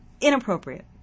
inappropriate